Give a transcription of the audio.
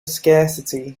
scarcity